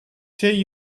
şeyi